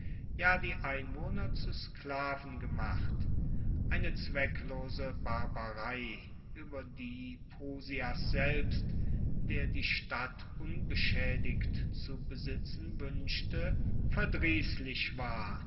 ja die einwohner zu sklaven gemacht eine zwecklose barbarei ueber die prusias selbst der die stadt unbeschaedigt zu besitzen wuenschte verdriesslich war